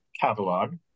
catalog